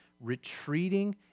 retreating